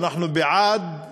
ואנחנו בעד,